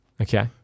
Okay